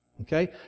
okay